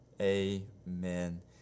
Amen